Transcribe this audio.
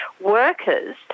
workers